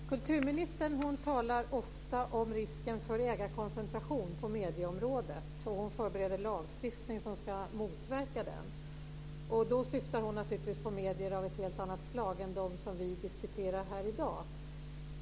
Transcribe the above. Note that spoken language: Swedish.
Fru talman! Kulturministern talar ofta om risken för ägarkoncentration på medieområdet. Hon förbereder lagstiftning som ska motverka den. Då syftar hon naturligtvis på medier av ett helt annat slag än dem som vi diskuterar här i dag.